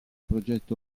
progetto